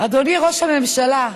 אדוני ראש הממשלה,